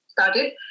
started